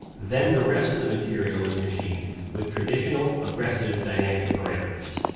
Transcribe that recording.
then the rest of the material is machined with traditional aggressive dynamic parameters.